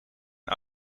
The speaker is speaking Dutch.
een